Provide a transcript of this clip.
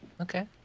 Okay